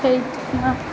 छठि मे